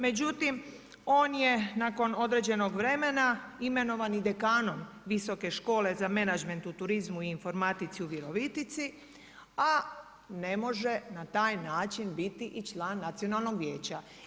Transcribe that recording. Međutim, on je nakon određenog vremena imenovan i dekanom Visoke škole za menadžment u turizmu i informatici u Virovitici, a ne može na taj način biti i član Nacionalnog vijeća.